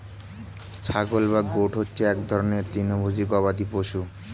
ছাগল বা গোট হচ্ছে এক রকমের তৃণভোজী গবাদি পশু